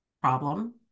problem